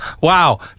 Wow